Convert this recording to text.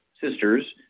sisters